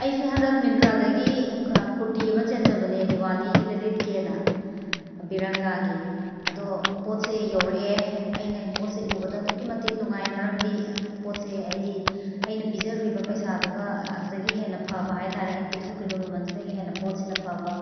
ꯑꯩꯁꯦ ꯍꯟꯗꯛ ꯃꯤꯟꯇ꯭ꯔꯥꯗꯒꯤ ꯀꯨꯔꯇꯤ ꯑꯃ ꯆꯦꯟꯖꯕꯅꯦ ꯗꯤꯋꯥꯂꯤꯒꯤꯗ ꯂꯤꯠꯀꯦꯅꯥ ꯕꯤꯔꯪꯒꯥꯒꯤ ꯑꯗꯣ ꯄꯣꯠꯁꯦ ꯌꯧꯔꯛꯑꯦ ꯑꯩꯅ ꯄꯣꯠꯁꯦ ꯎꯕꯗ ꯑꯗꯨꯛꯀꯤ ꯃꯇꯤꯛ ꯅꯨꯡꯉꯥꯏ ꯃꯔꯝꯗꯤ ꯄꯣꯠꯁꯦ ꯑꯦꯗꯤ ꯑꯩꯅ ꯄꯤꯖꯔꯨꯏꯕ ꯄꯩꯁꯥꯗꯨꯒ ꯑꯗꯨꯗꯒꯤ ꯍꯦꯟꯅ ꯐꯕ ꯍꯥꯏꯇꯥꯔꯦ ꯑꯩꯅ ꯄꯤꯊꯣꯛꯈ꯭ꯔꯤꯕ ꯃꯃꯟꯗꯨꯗꯒꯤ ꯍꯦꯟꯅ ꯄꯣꯠꯁꯤꯅ ꯐꯕ